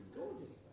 gorgeous